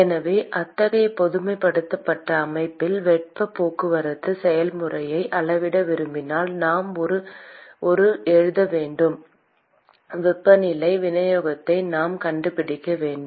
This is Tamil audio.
எனவே அத்தகைய பொதுமைப்படுத்தப்பட்ட அமைப்பில் வெப்பப் போக்குவரத்து செயல்முறையை அளவிட விரும்பினால் நாம் ஒரு எழுத வேண்டும் வெப்பநிலை விநியோகத்தை நாம் கண்டுபிடிக்க வேண்டும்